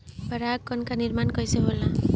पराग कण क निर्माण कइसे होखेला?